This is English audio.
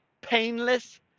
painless